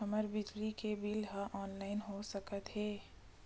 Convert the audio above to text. हमर बिजली के बिल ह ऑनलाइन हो सकत हे?